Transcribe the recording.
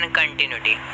continuity